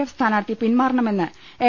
F സ്ഥാാർഥി പിൻമാറണമെന്ന് L